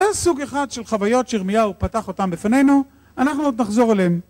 יש סוג אחד של חוויות שירמיהו פתח אותם בפנינו, אנחנו עוד נחזור אליהם